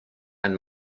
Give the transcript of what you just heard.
ein